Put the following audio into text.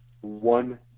one